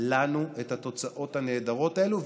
לנו את התוצאות הנהדרות האלו.